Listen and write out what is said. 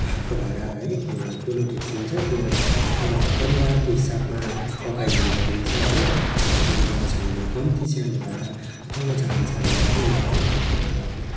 भातको भाँडा है एउटा ठुलो डेक्ची हुन्छ त्यो एउटा परिवारको हिसाबमा पकाइने गरिन्छ है अब पाँचजना छ भने कम्ती सानो भाँडा ठुलो जाहान ठुलो है भातको भाँडाहरू